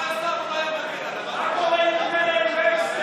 מה קורה עם קרן וקסנר?